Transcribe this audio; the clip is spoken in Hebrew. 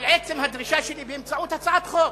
על עצם הדרישה שלי, באמצעות הצעת חוק,